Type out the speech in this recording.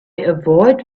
avoid